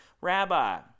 Rabbi